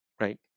right